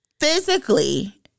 Physically